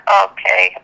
okay